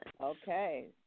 Okay